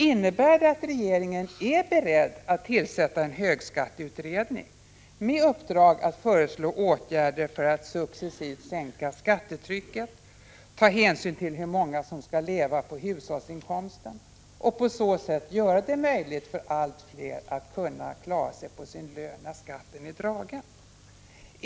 Innebär det att regeringen är beredd att tillsätta en högskatteutredning, med uppdrag att föreslå åtgärder för att successivt sänka skattetrycket, ta hänsyn till hur många som skall leva på hushållsinkomsten och på så sätt göra det möjligt för allt fler att klara sig på sin lön när skatten är dragen?